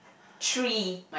three